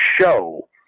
show